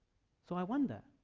so i wonder